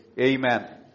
Amen